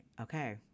okay